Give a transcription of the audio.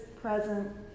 present